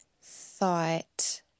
thought